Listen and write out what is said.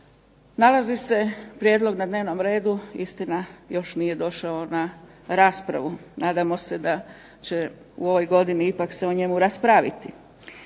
Nalazi se prijedlog na dnevnom redu, istina još nije došao na raspravu, nadamo se da će u ovoj godini ipak se o njemu raspraviti.